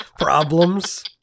problems